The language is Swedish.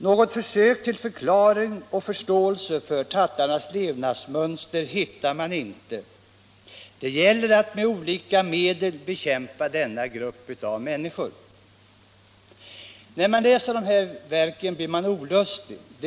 Något försök till förklaring och förståelse för tattarnas levnadsmönster hittar man inte. Det gäller att med olika medel bekämpa denna grupp av människor. När man läser dessa verk blir man olustig.